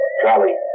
Charlie